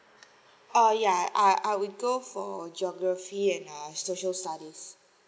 oh ya I I would go for geography and err social studies